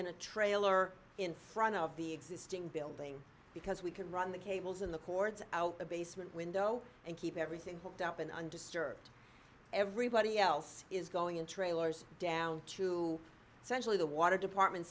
in a trailer in front of the existing building because we can run the cables in the cords out the basement window and keep everything hooked up and undisturbed everybody else is going in trailers down to centrally the water department